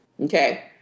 Okay